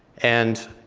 and,